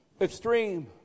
extreme